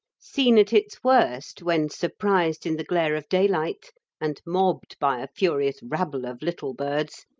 seen at its worst, when surprised in the glare of daylight and mobbed by a furious rabble of little birds,